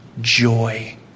joy